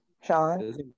Sean